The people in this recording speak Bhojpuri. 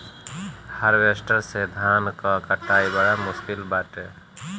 हार्वेस्टर से धान कअ कटाई बड़ा मुश्किल बाटे